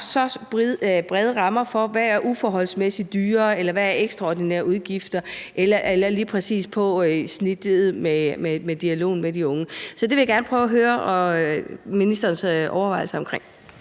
så brede rammer for, hvad der er uforholdsmæssig dyrere, hvad der er ekstraordinære udgifter, eller hvad der lige præcis er snittet for dialogen med de unge. Så det vil jeg gerne prøve at høre ministerens overvejelser omkring.